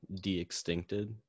de-extincted